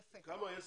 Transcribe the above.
יפה.